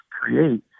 create